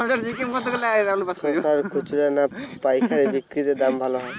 শশার খুচরা না পায়কারী বিক্রি তে দাম ভালো হয়?